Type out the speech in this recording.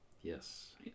Yes